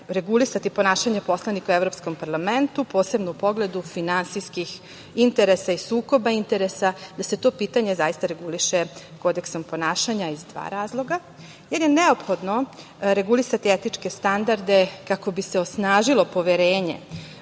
regulisati ponašanje poslanika u Evropskom parlamentu, posebno u pogledu finansijskih interesa i sukoba interesa da se to pitanje zaista reguliše kodeksom ponašanja iz dva razloga: jer je neophodno regulisati etičke standarde kako bi se osnažilo poverenje